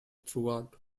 throughout